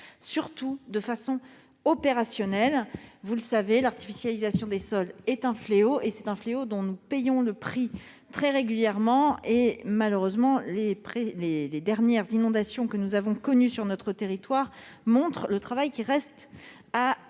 faire de façon opérationnelle. Vous le savez, l'artificialisation des sols est un fléau, dont nous payons le prix très régulièrement. Malheureusement, les dernières inondations que nous avons connues sur notre territoire montrent le travail qui reste à